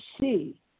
see